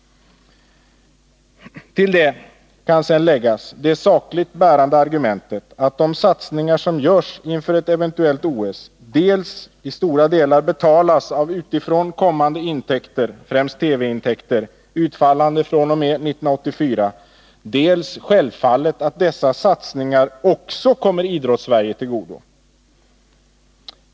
Till detta kan läggas det sakligt bärande argumentet att de satsningar som görs inför ett eventuellt OS dels till stora delar betalas av utifrån kommande intäkter, främst TV-inkomster, utfallande fr.o.m. 1984, dels självfallet också kommer Idrottssverige till godo.